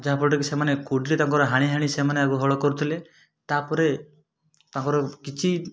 ଯାହାଫଳରେ କି ସେମାନେ କୁଡ଼ିରେ ତାଙ୍କର ହାଣି ହାଣି ସେମାନେ ଆଗ ହଳ କରୁଥିଲେ ତାପରେ ତାଙ୍କର କିଛି